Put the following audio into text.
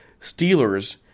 Steelers